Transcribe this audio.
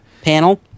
Panel